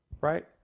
right